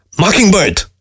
Mockingbird